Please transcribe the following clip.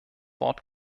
wort